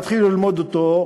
תתחילו ללמוד אותו,